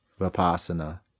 Vipassana